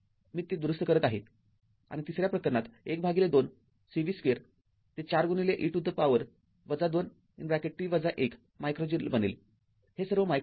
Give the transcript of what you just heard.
मी ते दुरुस्त करत आहे आणि तिसऱ्या प्रकरणात १२ Cv२ ते ४ e to the power २ t १ micro joule बनेल हे सर्व मायक्रो आहेत